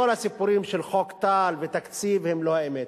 כל הסיפורים של חוק טל ותקציב הם לא האמת,